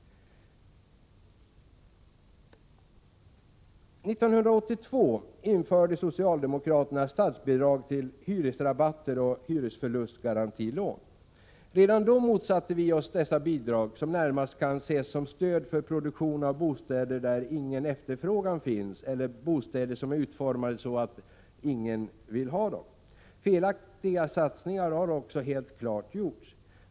År 1982 införde socialdemokraterna statsbidrag till hyresrabatter och hyresförlustgarantilån. Redan då motsatte vi oss dessa bidrag, som närmast kan ses som stöd för produktion av bostäder där ingen efterfrågan finns eller av bostäder som är utformade så att ingen vill ha dem. Felaktiga satsningar har också helt klart gjorts.